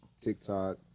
TikTok